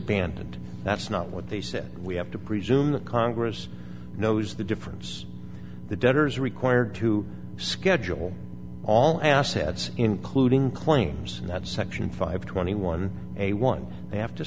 abandoned that's not what they said we have to presume the congress knows the difference the debtors are required to schedule all assets including claims that section five twenty one a once they have to